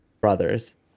brothers